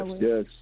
yes